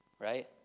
right